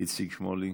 איציק שמולי,